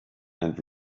and